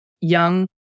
young